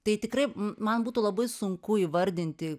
tai tikrai man būtų labai sunku įvardinti